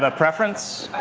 but preference?